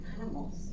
animals